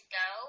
go